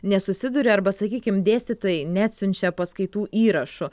nesusiduri arba sakykim dėstytojai neatsiunčia paskaitų įrašų